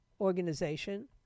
organization